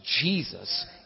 Jesus